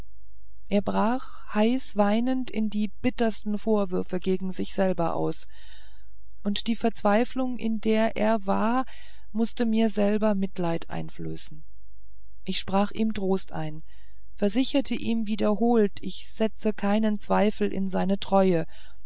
er brach heiß weinend in die bittersten vorwürfe gegen sich selber aus und die verzweiflung in der er war mußte mir selber mitleiden einflößen ich sprach ihm trost ein versicherte ihn wiederholt ich setzte keinen zweifel in seine treue